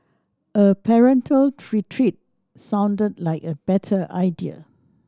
a parental sounded like a better idea